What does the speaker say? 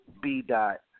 B-Dot